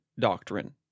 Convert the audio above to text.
doctrine